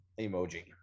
emoji